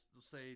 say